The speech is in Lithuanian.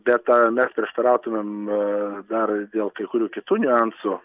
bet a mes prieštarautumėm a dar dėl kai kurių kitų niuansų